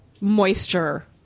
moisture